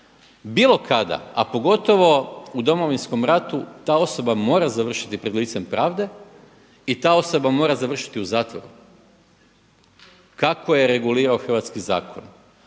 bilo kada, a pogotovo u Domovinskom ratu ta osoba mora završiti pred licem pravde i ta osoba mora završiti u zatvoru kako je regulirao hrvatski zakon.